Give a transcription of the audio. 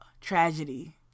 tragedy